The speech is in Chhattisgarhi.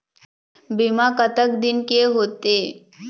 बीमा कतक दिन के होते?